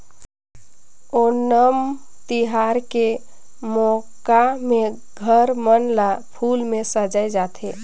ओनम तिहार के मउका में घर मन ल फूल में सजाए जाथे